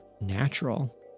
natural